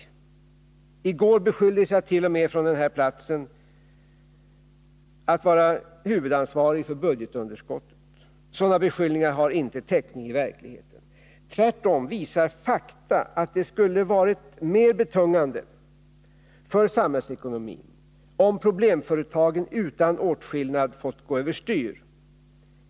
Från den här platsen beskylldes jag i går t.o.m. för att vara huvudansvarig för budgetunderskottet. Sådana beskyllningar har inte täckning i verkligheten. Tvärtom visar detta att det skulle ha varit mer betungande för samhällsekonomin, om problemföretagen utan åtskillnad hade fått gå över styr.